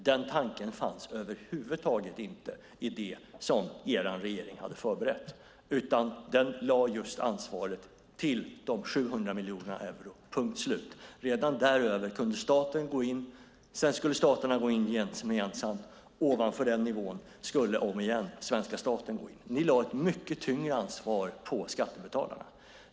Den tanken fanns över huvud taget inte i det som er regering hade förberett. Ansvaret lades just till de 700 miljonerna euro - punkt slut. Redan däröver kunde staten gå in. Sedan skulle staterna gå in gemensamt. Ovanför den nivån skulle, om igen, svenska staten gå in. Ni lade ett mycket tyngre ansvar på skattebetalarna.